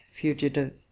fugitive